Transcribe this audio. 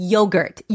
Yogurt